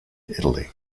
italy